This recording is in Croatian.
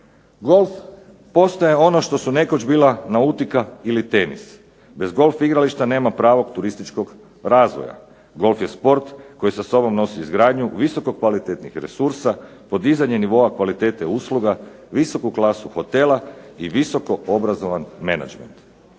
Golf postaje ono što su nekoć bila nautika ili tenis. Bez golf igrališta nema pravog turističkog razvoja. Golf je sport koji sa sobom nosi izgradnju visoko kvalitetnih resursa, podizanje nivoa kvalitete usluga, visoku klasu hotela, i visoko obrazovan menadžment.